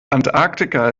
antarktika